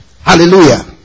Hallelujah